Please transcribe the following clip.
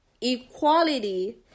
equality